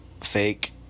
Fake